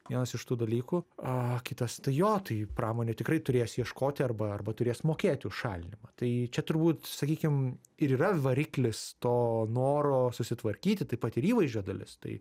vienas iš tų dalykų aaa kitas jo tai pramonė tikrai turės ieškoti arba arba turės mokėti už šalinimą tai čia turbūt sakykim ir yra variklis to noro susitvarkyti taip pat ir įvaizdžio dalis tai